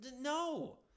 No